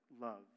love